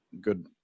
good